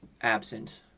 absent